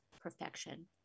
perfection